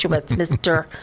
Mr